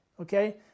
okay